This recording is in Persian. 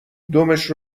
دمش